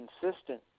consistent